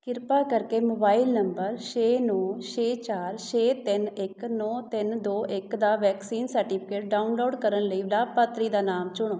ਕਿਰਪਾ ਕਰਕੇ mobile number ਛੇ ਨੌਂ ਛੇ ਚਾਰ ਛੇ ਤਿੰਨ ਇੱਕ ਨੌਂ ਤਿੰਨ ਦੋ ਇੱਕ ਦਾ ਵੈਕਸੀਨ ਸਰਟੀਫਿਕੇਟ ਡਾਊਨਲੋਡ ਕਰਨ ਲਈ ਲਾਭਪਾਤਰੀ ਦਾ ਨਾਮ ਚੁਣੋ